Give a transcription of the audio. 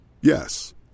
Yes